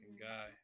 guy